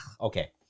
okay